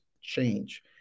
change